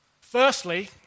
Firstly